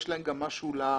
יש להם גם משהו לנשמה.